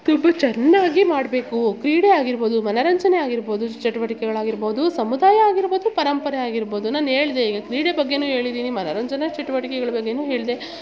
ತುಂಬ ಚೆನ್ನಾಗಿ ಮಾಡಬೇಕು ಕ್ರೀಡೆ ಆಗಿರ್ಬೋದು ಮನರಂಜನೆ ಆಗಿರ್ಬೋದು ಚಟುವಟಿಕೆಗಳಾಗಿರ್ಬೋದು ಸಮುದಾಯ ಆಗಿರ್ಬೋದು ಪರಂಪರೆ ಆಗಿರ್ಬೋದು ನಾನು ಹೇಳ್ದೆ ಈಗ ಕ್ರೀಡೆ ಬಗ್ಗೆಯು ಹೇಳಿದಿನಿ ಮನರಂಜನಾ ಚಟುವಟಿಕೆಗಳ ಬಗ್ಗೆಯು ಹೇಳಿದೆ